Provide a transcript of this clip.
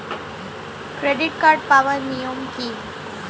Credit card পাওয়ার নিয়ম কী?